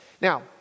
Now